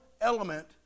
element